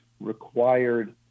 required